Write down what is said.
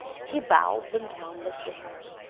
he bowed them down the stairs.